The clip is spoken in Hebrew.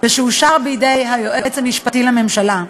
ושאושר בידי היועץ המשפטי לממשלה.